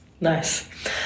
nice